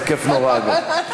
זה כיף נורא, אגב.